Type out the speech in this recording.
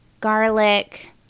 garlic